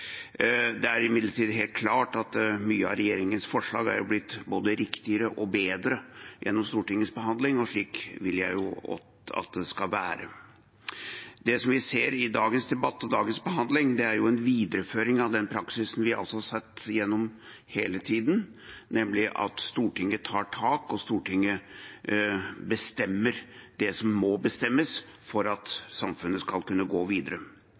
Det er imidlertid helt klart at mange av regjeringens forslag er blitt både riktigere og bedre gjennom Stortingets behandling, og slik vil jeg jo at det skal være. Det vi ser i dagens debatt og dagens behandling, er en videreføring av den praksisen vi har sett gjennom hele denne tiden – nemlig at Stortinget tar tak, og at Stortinget bestemmer det som må bestemmes for at samfunnet skal kunne gå videre.